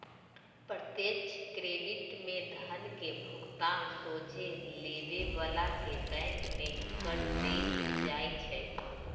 प्रत्यक्ष क्रेडिट में धन के भुगतान सोझे लेबे बला के बैंक में कऽ देल जाइ छइ